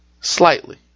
slightly